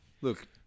Look